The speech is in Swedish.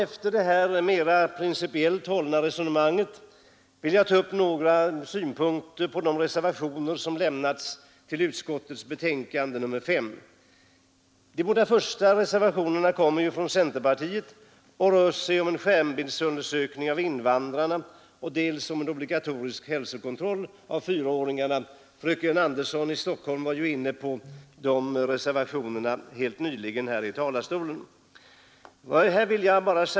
Efter det här mera principiellt hållna resonemanget vill jag ta upp några synpunkter på de reservationer som fogats till utskottets betänkande nr 5. Reservationerna 19 och 20 har avgivits av centerpartiets ledamöter — reservationen 19 gäller skärmbildsundersökning av invandrare och reservationen 20 obligatorisk hälsokontroll av fyraåringar. Fröken Andersson i Stockholm var inne på dessa reservationer när hon stod här i talarstolen alldeles nyss.